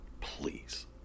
Please